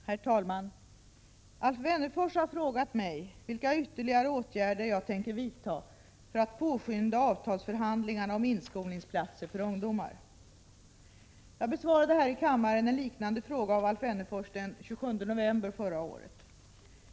Herr talman! Alf Wennerfors har frågat mig vilka ytterligare åtgärder jag tänker vidta för att påskynda avtalsförhandlingarna om inskolningsplatser för ungdomar. Jag besvarade här i kammaren en liknande fråga av Alf Wennerfors den 27 november förra året.